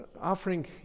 offering